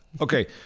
Okay